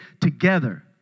together